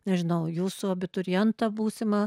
nežinau jūsų abiturientą būsimą